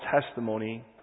testimony